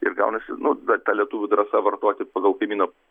ir gaunasi nu ta lietuvių drąsa vartoti pagal kaimyno